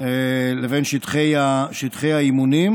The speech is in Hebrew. לבין שטחי האימונים,